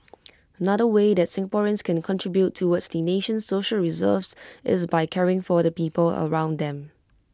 another way that Singaporeans can contribute towards the nation's social reserves is by caring for the people around them